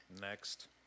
Next